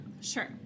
Sure